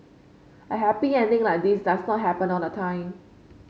a happy ending like this does not happen all the time